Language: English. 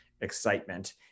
excitement